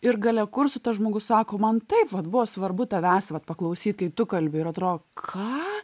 ir gale kursų tas žmogus sako man taip vat buvo svarbu tavęs vat paklausyt kai tu kalbi ir atrodo ką